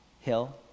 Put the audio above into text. hill